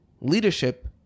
leadership